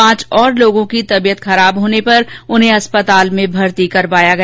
पांच और लोगों की तबियत खराब होने पर उन्हें अस्पताल में भर्ती कराया गया